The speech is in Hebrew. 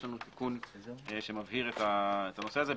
יש לנו תיקון שמבהיר את הנושא הזה,